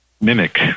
mimic